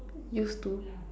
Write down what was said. used to